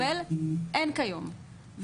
לדעת שמדובר,